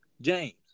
James